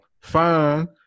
Fine